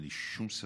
אין לי שום ספק.